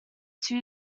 two